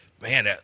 Man